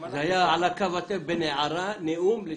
זה היה על קו התפר בין הערה/נאום לשאלה.